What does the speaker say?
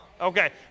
Okay